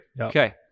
Okay